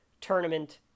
tournament